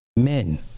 men